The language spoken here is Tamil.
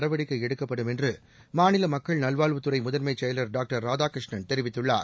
நடவடிக்கை எடுக்கப்படும் என்று மாநில மக்கள் நல்வாழ்வுத்துறை முதன்மைச் செயலர் டாக்டர் ராதாகிருஷ்ணன் தெரிவித்துள்ளார்